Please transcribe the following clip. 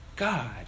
God